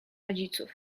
rodziców